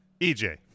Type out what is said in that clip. EJ